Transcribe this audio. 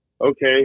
okay